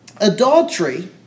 adultery